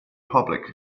public